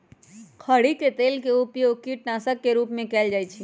खरी के तेल के उपयोग कीटनाशक के रूप में कएल जाइ छइ